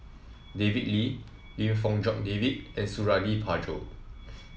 David Lee Lim Fong Jock David and Suradi Parjo